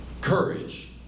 Courage